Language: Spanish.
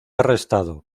arrestado